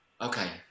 Okay